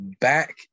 back